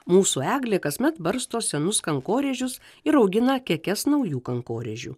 mūsų eglė kasmet barsto senus kankorėžius ir augina kekes naujų kankorėžių